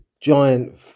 giant